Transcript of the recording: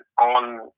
on